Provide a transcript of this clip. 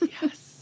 Yes